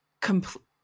complete